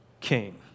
king